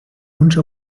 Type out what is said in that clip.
wunsch